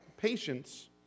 Patience